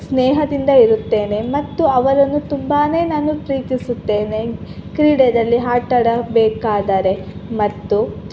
ಸ್ನೇಹದಿಂದ ಇರುತ್ತೇನೆ ಮತ್ತು ಅವರನ್ನು ತುಂಬಾ ನಾನು ಪ್ರೀತಿಸುತ್ತೇನೆ ಕ್ರೀಡೆಯಲ್ಲಿ ಆಟವಾಡಬೇಕಾದರೆ ಮತ್ತು